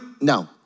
No